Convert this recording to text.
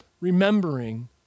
Remembering